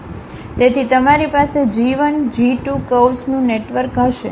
તેથી તમારી પાસે G 1 G 2 કર્વ્સનું નેટવર્ક હશે